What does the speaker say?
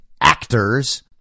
actors